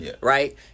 right